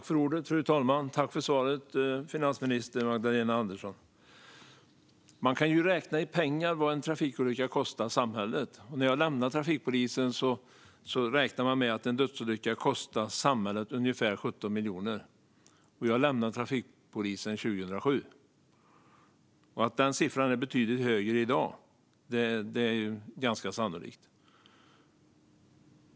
Fru talman! Tack för svaret, finansminister Magdalena Andersson! Man kan ju räkna i pengar vad en trafikolycka kostar samhället. När jag lämnade trafikpolisen räknade man med att en dödsolycka kostar samhället ungefär 17 miljoner, och jag lämnade trafikpolisen 2007. Att den siffran är betydligt högre i dag är ganska sannolikt.